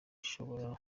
ishobora